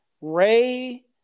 Ray